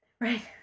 Right